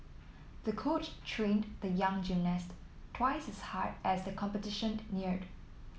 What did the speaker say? the coach trained the young gymnast twice as hard as the competition neared